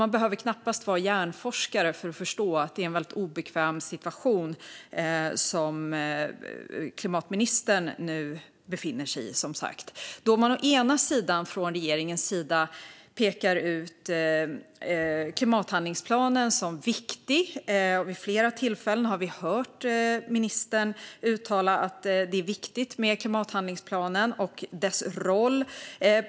Man behöver knappast vara hjärnforskare för att förstå att det är en väldigt obekväm situation klimatministern nu befinner sig i. Å ena sidan pekar regeringen ut klimathandlingsplanen som viktig. Vi har vid flera tillfällen hört ministern uttala att klimathandlingsplanen och dess roll är viktig.